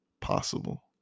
possible